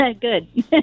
Good